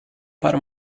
para